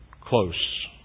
close